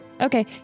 Okay